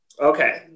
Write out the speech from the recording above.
Okay